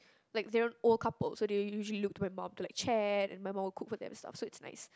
like they are an old couple so they usually look to my mum to like chat and my mum will cook for them stuff so it's nice